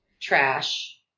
trash